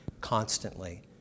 constantly